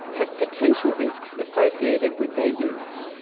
have potential risks associated with their use.